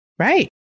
Right